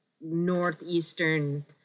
northeastern